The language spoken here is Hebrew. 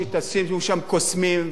שתשימו שם קוסמים,